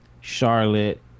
Charlotte